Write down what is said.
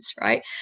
right